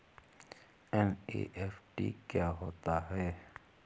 NEFT क्या होता है?